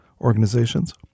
organizations